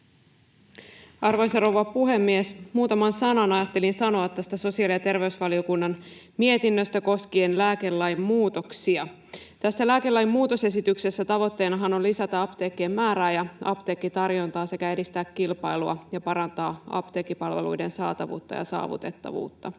Arvoisa rouva puhemies! Muutaman sanan ajattelin sanoa tästä sosiaali- ja terveysvaliokunnan mietinnöstä koskien lääkelain muutoksia. Tässä lääkelain muutosesityksessähän tavoitteena on lisätä apteekkien määrää ja apteekkitarjontaa sekä edistää kilpailua ja parantaa apteekkipalveluiden saatavuutta ja saavutettavuutta.